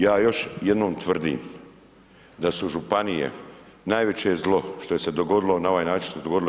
Ja još jednom tvrdim da su županije najveće zlo što se dogodilo na ovaj način što se dogodilo RH.